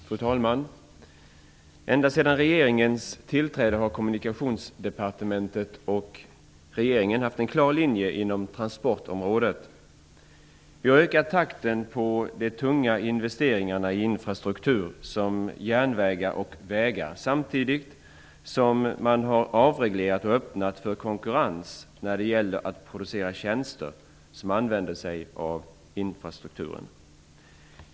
Fru talman! Ända sedan regeringens tillträde har Kommunikationsdepartementet och regeringen haft en klar linje inom transportområdet. Vi har ökat takten på de tunga investeringarna i infrastruktur som järnvägar och vägar etc., samtidigt som vi har avreglerat och öppnat för konkurrens när det gäller att producera tjänster som använder sig av infrastrukturen.